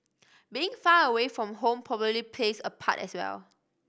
being far away from home probably plays a part as well